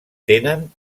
tenen